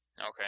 Okay